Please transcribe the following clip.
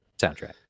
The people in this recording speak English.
soundtrack